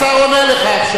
נא להירגע.